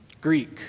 Greek